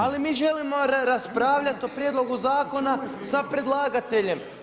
Ali mi želimo raspravljati o prijedlogu zakona sa predlagateljem.